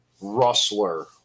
Rustler